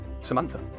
Samantha